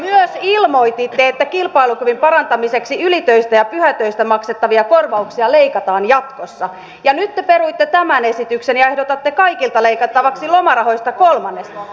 te myös ilmoititte että kilpailukyvyn parantamiseksi ylitöistä ja pyhätöistä maksettavia korvauksia leikataan jatkossa ja nyt te peruitte tämän esityksen ja ehdotatte kaikilta leikattavaksi lomarahoista kolmanneksen